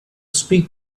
speak